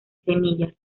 semillas